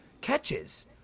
catches